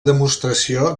demostració